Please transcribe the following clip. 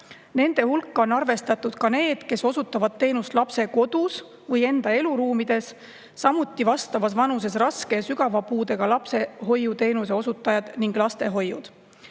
Nende hulka on arvestatud ka need, kes osutavad teenust lapse kodus või enda eluruumides, samuti vastavas vanuses raske ja sügava puudega lapse hoiuteenuse osutajad ning lastehoiud.